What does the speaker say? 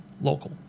local